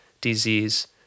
disease